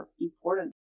important